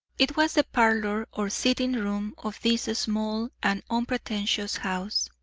it was the parlour or sitting-room of this small and unpretentious house.